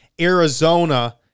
Arizona